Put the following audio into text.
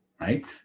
right